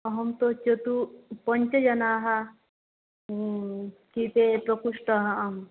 अहं तु चतुःपञ्चजनाः कृते प्रकोष्ठः आम्